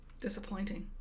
Disappointing